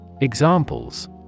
examples